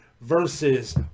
versus